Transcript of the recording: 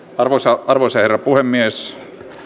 arvoisa puhemies